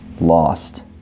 lost